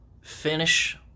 finish